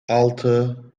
altı